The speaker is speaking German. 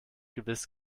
gewiss